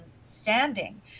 standing